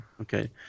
okay